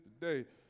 today